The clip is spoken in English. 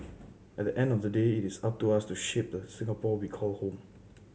at the end of the day it is up to us to shape the Singapore we call home